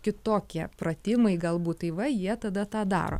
kitokie pratimai galbūt tai va jie tada tą daro